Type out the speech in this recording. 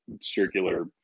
circular